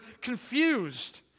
confused